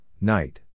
night